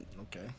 okay